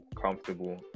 comfortable